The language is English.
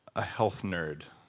a health nerd